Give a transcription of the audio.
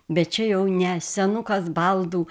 bet čia jau ne senukas baldų